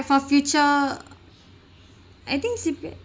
for future I think C_P_F